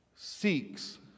seeks